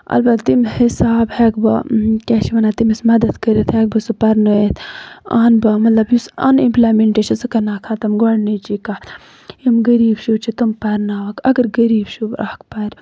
اَگر تَمہِ حِسابہٕ ہیٚکہٕ بہٕ کیاہ چھِ وَنان تٔمِس مدد کٔرِتھ ہیٚکہٕ بہٕ سُہ پَرونایتھ اَہن بہ مطلب یُس اَن ایٚمپٕلایمیٚنٹ چھِ سۄ کرناو خَتٕم گۄڈٕنِچ کَتھ یِم غریٖب شُرۍ چھِ تِم پَرناوَکھ اَگر غریٖب شُر اکھ پَرِ